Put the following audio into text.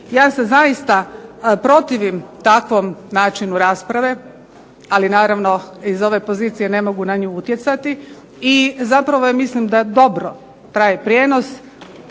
Ja se zaista protivim takvom načinu rasprave, ali naravno iz ove pozicije ne mogu na nju utjecati i zapravo ja mislim da dobro traje prijenos.